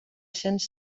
cents